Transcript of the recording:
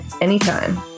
anytime